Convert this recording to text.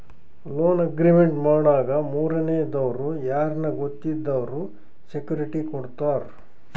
loan agreement ಮಾಡಾಗ ಮೂರನೇ ದವ್ರು ಯಾರ್ನ ಗೊತ್ತಿದ್ದವ್ರು ಸೆಕ್ಯೂರಿಟಿ ಕೊಡ್ತಾರ